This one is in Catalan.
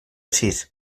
sis